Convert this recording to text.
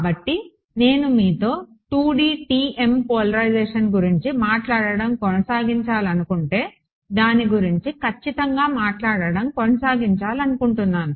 కాబట్టి నేను మీతో 2D TM పోలరైజేషన్ గురించి మాట్లాడటం కొనసాగించాలనుకుంటే దాని గురించి ఖచ్చితంగా మాట్లాడటం కొనసాగించాలనుకుంటున్నాను